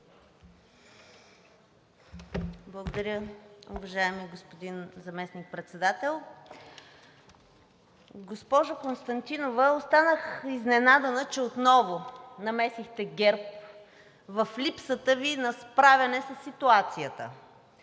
Благодаря, уважаеми господин Заместник-председател. Госпожо Константинова, останах изненадана, че отново намесихте ГЕРБ в липсата Ви на справяне със ситуацията.